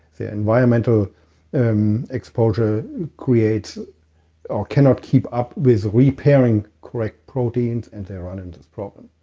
the environmental um exposure creates or cannot keep up with repairing correct proteins and they run into this problem